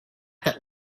that